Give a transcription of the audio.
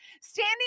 standing